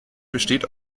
besteht